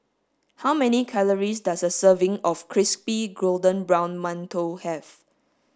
how many calories does a serving of crispy golden brown mantou have